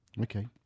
Okay